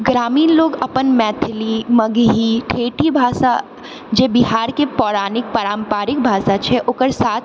ग्रामीण लोग अपन मैथिली मगही ठेठी भाषा जे बिहारके पौराणिक पारम्परिक भाषा छै ओकर साथ